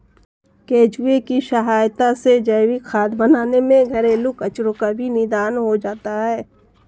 केंचुए की सहायता से जैविक खाद बनाने में घरेलू कचरो का भी निदान हो जाता है